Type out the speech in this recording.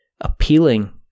appealing